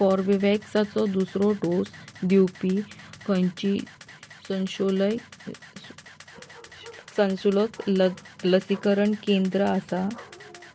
कोर्बेवॅक्सचो दुसरो डोस दिवपी खंयचींय संशोलय सशुल्क लसीकरण केंद्रां आसा